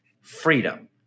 freedom